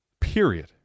Period